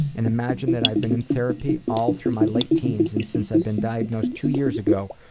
and imagine that i've been in therapy all through my late teens and since i've been diagnosed two years ago.